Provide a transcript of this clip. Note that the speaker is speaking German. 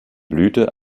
blüte